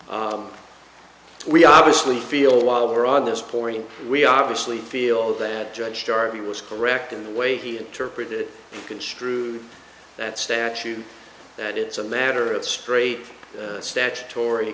we obviously feel while we're on this point we obviously feel that judge darby was correct in the way he interpreted construed that statute that it's a matter of straight statutory